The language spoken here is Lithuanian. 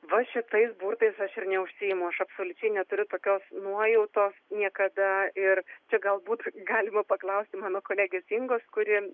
va šitais burtais aš ir neužsiimu aš absoliučiai neturiu tokios nuojautos niekada ir čia galbūt galima paklausti mano kolegės ingos kuri